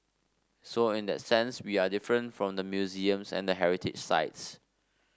so in that sense we are different from the museums and the heritage sites